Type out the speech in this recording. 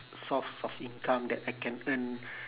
source of income that I can earn